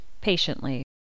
patiently